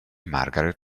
margaret